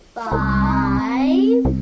five